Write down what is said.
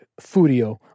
furio